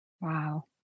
Wow